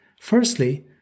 Firstly